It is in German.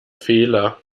fehler